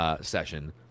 session